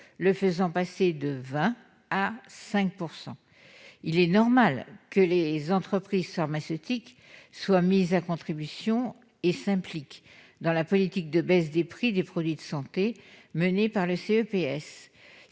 le faisant passer de 20 % à 5 %. Il est normal que les entreprises pharmaceutiques soient mises à contribution et s'impliquent dans la politique de baisse des prix des produits de santé menée par le CEPS.